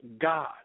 God